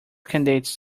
candidates